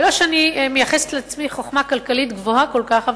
ולא שאני מייחסת לעצמי חוכמה כלכלית גבוהה כל כך,